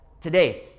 Today